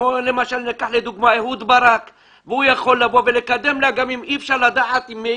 זה פרויקט שהיה יכול לקדם את כל הנושא הזה